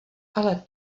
ale